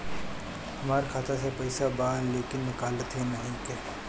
हमार खाता मे पईसा बा लेकिन निकालते ही नईखे?